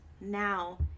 now